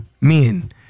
men